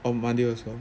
on monday also